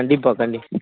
கண்டிப்பாக கண்டிப்பாக